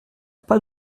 pas